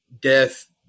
death